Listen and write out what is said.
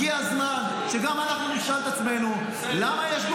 הגיע הזמן שגם אנחנו נשאל את עצמנו למה יש פה